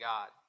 God